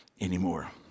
anymore